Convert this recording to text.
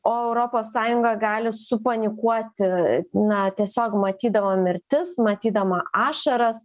o europos sąjunga gali supanikuoti na tiesiog matydama mirtis matydama ašaras